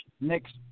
next